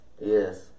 Yes